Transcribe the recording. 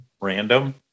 random